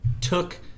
took